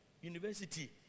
University